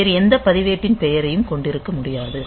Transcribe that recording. வேறு எந்த பதிவேட்டின் பெயரையும் கொண்டிருக்க முடியாது